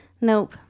Nope